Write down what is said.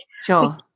sure